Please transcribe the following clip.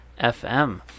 FM